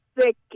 thick